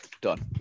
done